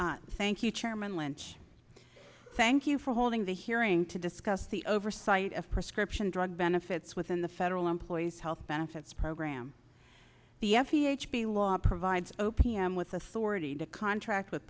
statement thank you chairman lynch thank you for holding the hearing to discuss the oversight of prescription drug benefits within the federal employees health benefits program the f d a the law provides o p m with authority to contract with